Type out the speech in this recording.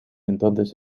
entonces